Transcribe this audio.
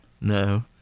No